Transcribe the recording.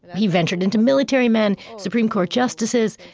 he ventured into military men, supreme court justices,